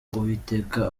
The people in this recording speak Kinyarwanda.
uwiteka